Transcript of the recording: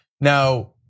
Now